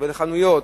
לחנויות,